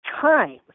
time